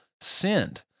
sinned